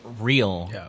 real